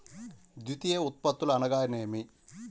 ద్వితీయ ఉత్పత్తులు అనగా నేమి?